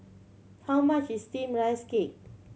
how much is Steamed Rice Cake